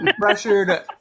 pressured